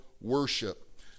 worship